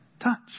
touch